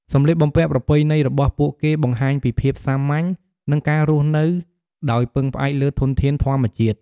សម្លៀកបំពាក់ប្រពៃណីរបស់ពួកគេបង្ហាញពីភាពសាមញ្ញ និងការរស់នៅដោយពឹងផ្អែកលើធនធានធម្មជាតិ។